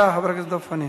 חבר הכנסת דב חנין.